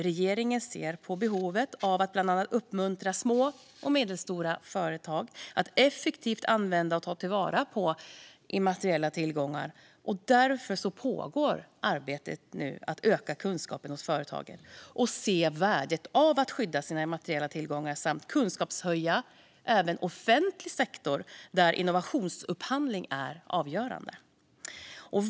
Regeringen ser behovet av att bland annat uppmuntra små och medelstora företag att effektivt använda och ta till vara sina immateriella tillgångar, och därför pågår nu arbetet för att öka kunskapen hos företagen så att de ser värdet av att skydda sina immateriella tillgångar samt för att få till stånd en kunskapshöjning även inom offentlig sektor, där innovationsupphandling är avgörande.